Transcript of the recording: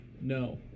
no